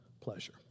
pleasure